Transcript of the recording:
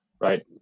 right